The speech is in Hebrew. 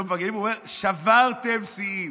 הוא אומר: שברתם שיאים.